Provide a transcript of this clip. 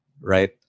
right